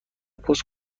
پست